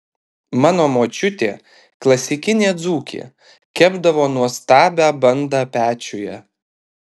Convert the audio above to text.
mano močiutė klasikinė dzūkė kepdavo nuostabią bandą pečiuje